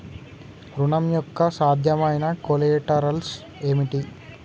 ఋణం యొక్క సాధ్యమైన కొలేటరల్స్ ఏమిటి?